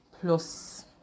plus